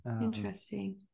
interesting